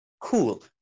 Cool